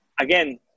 Again